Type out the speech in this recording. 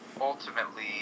ultimately